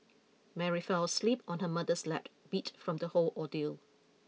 Mary fell asleep on her mother's lap beat from the whole ordeal